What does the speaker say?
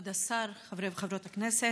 כבוד השר, חברי וחברות הכנסת,